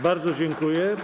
Bardzo dziękuję.